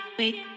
Wait